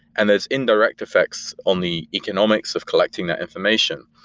and there're indirect effects on the economics of collecting their information.